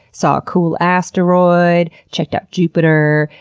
saw a cool asteroid, checked out jupiter,